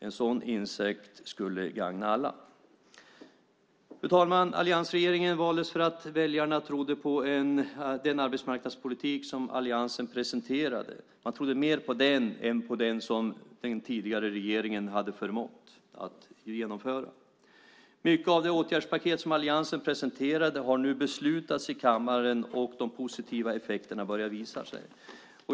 En sådan insikt skulle gagna alla. Fru talman! Alliansregeringen valdes för att väljarna trodde på den arbetsmarknadspolitik som alliansen presenterade. Man trodde mer på den än på den som den tidigare regeringen hade förmått att genomföra. Mycket av det åtgärdspaket som alliansen presenterade har nu beslutats i kammaren och de positiva effekterna börjar visa sig.